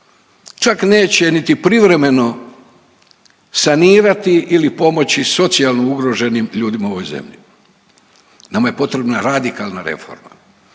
Čak neće niti privremeno sanirati ili pomoći socijalno ugroženim ljudima u ovoj zemlji. Nama je potrebna radikalna reforma.